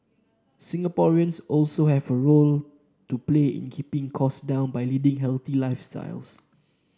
Singaporeans also have a role to play in keeping cost down by leading healthy lifestyles